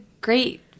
great